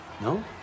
No